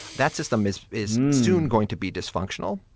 that system is is soon going to be dysfunctional.